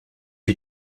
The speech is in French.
que